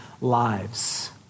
lives